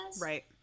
right